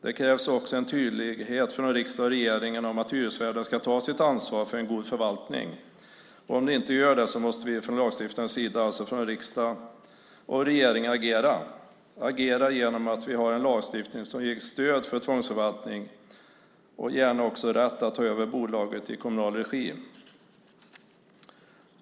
Det krävs också en tydlighet från riksdag och regering om att hyresvärden ska ta sitt ansvar för en god förvaltning. Om hyresvärden inte gör det måste vi från lagstiftarens sida, alltså från riksdag och regering, agera genom att vi har en lagstiftning som ger stöd för tvångsförvaltning och gärna också rätt att ta över bolaget i kommunal regi.